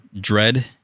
Dread